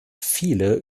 viele